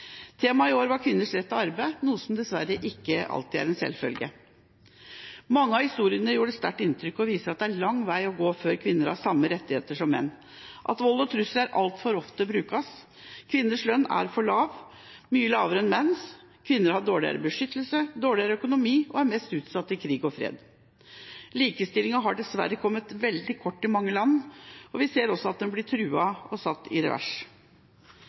i år var kvinners rett til arbeid, noe som dessverre ikke alltid er en selvfølge. Mange av historiene gjorde sterkt inntrykk og viser at det er en lang vei å gå før kvinner har samme rettigheter som menn, at vold og trusler altfor ofte brukes, at kvinners lønn er for lav – mye lavere enn menns – og at kvinner har dårligere beskyttelse, dårligere økonomi og er mest utsatt i krig og fred. Likestillingen har dessverre kommet veldig kort i mange land, og vi ser også at den blir truet og satt i revers.